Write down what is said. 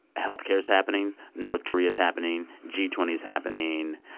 health care's happening. north korea's happening g twenty s happening.